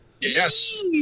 Yes